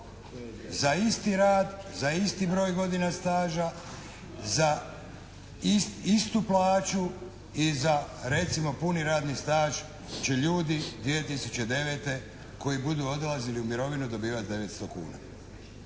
za isti rad, za isti broj godina staža, za istu plaću i za recimo puni radni staž će ljudi 2009. koji budu odlazili u mirovinu dobivat 900 kuna.